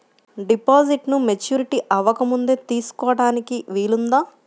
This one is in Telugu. డిపాజిట్ను మెచ్యూరిటీ అవ్వకముందే తీసుకోటానికి వీలుందా?